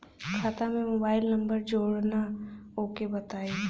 खाता में mobile number जोड़ना ओके बताई?